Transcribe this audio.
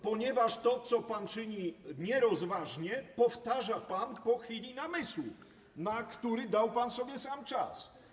ponieważ to, co pan czynił nierozważnie, powtarza pan po chwili namysłu, na który dał pan sobie sam czas.